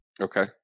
okay